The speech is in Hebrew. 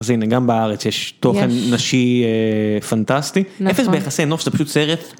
אז הנה גם בארץ יש תוכן נשי פנטסטי, הפך ביחסי אנוש שזה פשוט סרט.